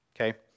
Okay